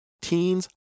teens